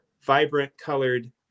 vibrant-colored